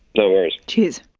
no worries. cheers.